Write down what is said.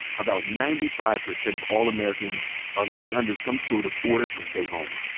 about ninety five percent of all americans are living under some sort of order to stay home.